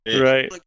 Right